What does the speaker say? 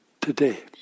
today